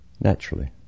naturally